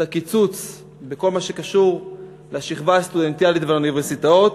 את הקיצוץ בכל מה שקשור לשכבה הסטודנטיאלית ולאוניברסיטאות.